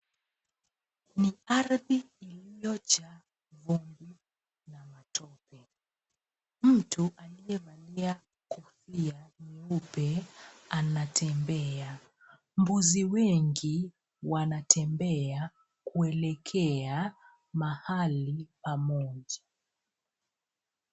Ni ardhi iliyojaa vumbi na matope. Mtu aliyevalia kofia nyeupe anatembea. Mbuzi wengi wanatembea kuelekea mahali pamoja.